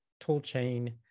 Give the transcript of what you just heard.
toolchain